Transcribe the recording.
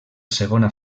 segona